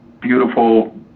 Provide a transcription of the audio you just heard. beautiful